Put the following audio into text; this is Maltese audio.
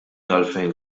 għalfejn